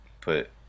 put